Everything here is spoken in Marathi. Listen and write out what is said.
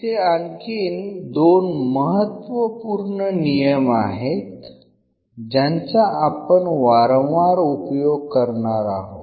इथे आणखीन दोन महत्त्व महत्वपूर्ण नियम आहेत ज्यांचा आपण वारंवार उपयोग करणार आहोत